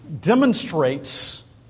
demonstrates